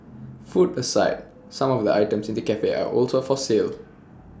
food aside some of the items in the Cafe are also for sale